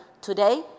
today